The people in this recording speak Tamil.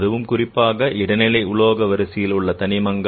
அதுவும் குறிப்பாக இடைநிலை உலோக வரிசையில் உள்ள தனிமங்கள்